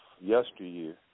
yesteryear